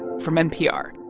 from npr